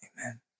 amen